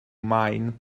maen